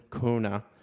kuna